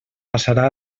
passarà